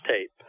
tape